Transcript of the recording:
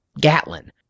Gatlin